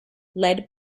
led